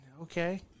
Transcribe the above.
okay